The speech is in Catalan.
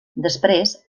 després